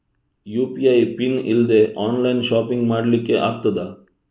UPI PIN ಇಲ್ದೆ online shopping ಮಾಡ್ಲಿಕ್ಕೆ ಆಗ್ತದಾ?